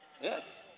Yes